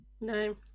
no